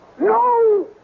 No